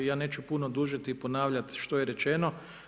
Ja neću puno dužiti i ponavljati što je rečeno.